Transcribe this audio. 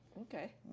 Okay